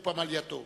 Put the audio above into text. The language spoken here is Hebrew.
ואת פמלייתו.